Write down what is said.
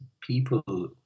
people